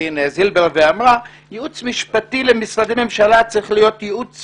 זילבר ואמרה: ייעוץ משפטי למשרדי ממשלה צריך להיות ייעוץ